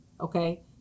okay